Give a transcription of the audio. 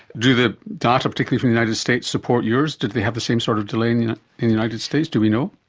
do the data particularly from the united states support yours? did they have the same sort of delay in yeah the the united states, do we know?